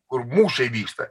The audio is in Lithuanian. kur mūšiai vyksta